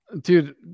Dude